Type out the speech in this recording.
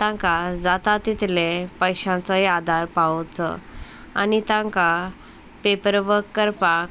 तांकां जाता तितले पयशांचोय आदार पावोचो आनी तांकां पेपर वर्क करपाक